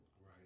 Right